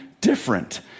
different